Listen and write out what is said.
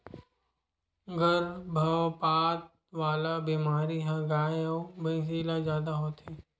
गरभपात वाला बेमारी ह गाय अउ भइसी ल जादा होथे